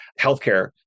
healthcare